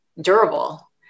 durable